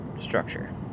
structure